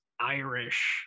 Irish